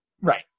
Right